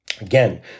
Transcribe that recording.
again